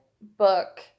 book